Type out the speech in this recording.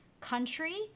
country